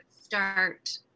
start